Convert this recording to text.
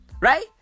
right